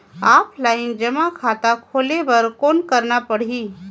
Offline जमा खाता खोले बर कौन करना पड़ही?